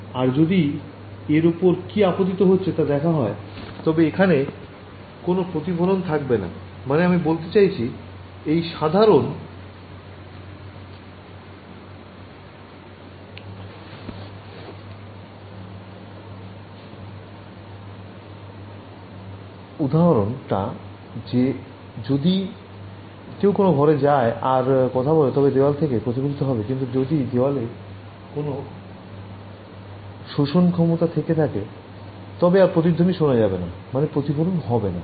আর যদি এর ওপর কি আপতিত হচ্ছে তা দেখা হয় তবে এখানে কোন প্রতিফলন থাকবে না মানে আমি বলতে চাইছি এই সাধারণ উদাহরণটা যে যদি কেউ কোন ঘরে যায় আর কথা বলে তবে দেওয়াল থেকে প্রতিফলিত হবে কিন্তু যদি দেওয়ালে কোন শোষণ ক্ষমতা থেকে থাকে তবে আর প্রতিধ্বনি শোনা যাবে না মানে প্রতিফলন হবে না